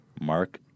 Mark